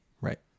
Right